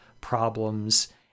problems